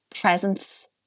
Presence